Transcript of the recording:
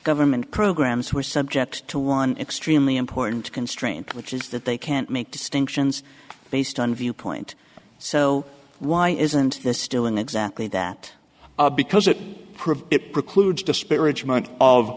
government programs were subject to one extremely important constraint which is that they can't make distinctions based on viewpoint so why isn't this doing exactly that because it proves it precludes disparagement